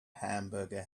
hamburger